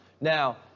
now